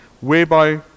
whereby